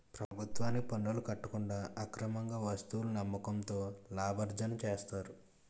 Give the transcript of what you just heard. ప్రభుత్వానికి పనులు కట్టకుండా అక్రమార్గంగా వస్తువులను అమ్మకంతో లాభార్జన చేస్తారు